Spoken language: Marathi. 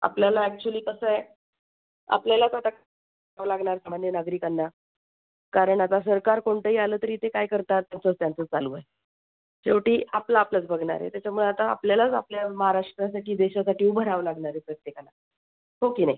आपल्याला ॲक्चुली कसं आहे आपल्याला कसं करावं लागणार म्हणजे नागरिकांना कारण आता सरकार कोणतंही आलं तरी ते काय करतात तसंच त्यांचं चालू आहे शेवटी आपलं आपलंच बघणार आहे त्याच्यामुळे आता आपल्यालाच आपल्या महाराष्ट्रासाठी देशासाठी उभं राहावं लागणार आहे प्रत्येकाला हो की नाही